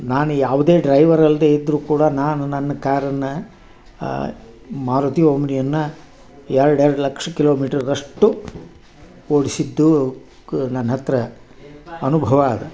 ನಾನು ಯಾವುದೇ ಡ್ರೈವರ್ ಅಲ್ಲದೇ ಇದ್ರೂ ಕೂಡ ನಾನು ನನ್ನ ಕಾರನ್ನು ಮಾರುತಿ ಓಮ್ನಿಯನ್ನು ಎರಡೆರಡು ಲಕ್ಷ ಕಿಲೋಮೀಟರ್ದಷ್ಟು ಓಡಿಸಿದ್ದು ಕ ನನ್ನ ಹತ್ತಿರ ಅನುಭವ ಇದೆ